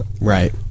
Right